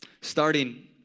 starting